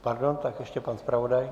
Pardon, tak ještě pan zpravodaj.